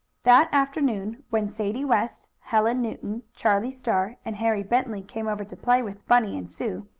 that afternoon, when sadie west, helen newton, charlie star and harry bentley came over to play with bunny and sue,